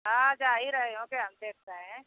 हाँ जा ही रहे होंगे हम देख रहे हैं